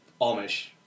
Amish